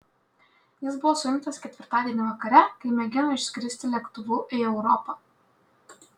jis buvo suimtas ketvirtadienį vakare kai mėgino išskristi lėktuvu į europą